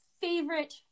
favorite